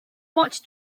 much